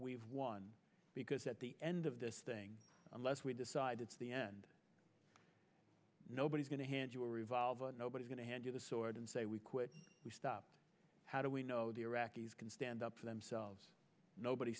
we've won because at the end of this thing unless we decide it's the end nobody's going to hand you a revolver nobody's going to hand you the sword and say we quit we stop how do we know the iraqis can stand up for themselves nobody